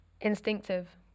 instinctive